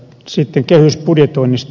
sitten kehysbudjetoinnista